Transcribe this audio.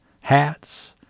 hats